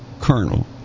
colonel